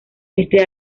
este